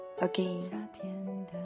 again